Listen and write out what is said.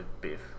beef